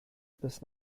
bis